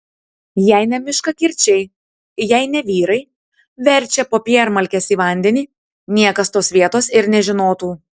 jei ne miškakirčiai jei ne vyrai verčią popiermalkes į vandenį niekas tos vietos ir nežinotų